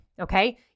okay